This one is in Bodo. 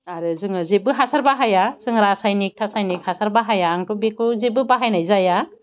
आरो जोङो जेब्बो हासार बाहाया जों रासायनिक थासायनिक हासार बाहाया आंथ' बेखौ जेब्बो बाहायनाय जाया